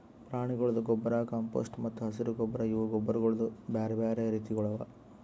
ಪ್ರಾಣಿಗೊಳ್ದು ಗೊಬ್ಬರ್, ಕಾಂಪೋಸ್ಟ್ ಮತ್ತ ಹಸಿರು ಗೊಬ್ಬರ್ ಇವು ಗೊಬ್ಬರಗೊಳ್ದು ಬ್ಯಾರೆ ಬ್ಯಾರೆ ರೀತಿಗೊಳ್ ಅವಾ